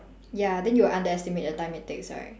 ya then you underestimate the time it takes right